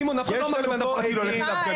סימון אף אחד לא אמר באופן פרטי לא ללכת להפגנה.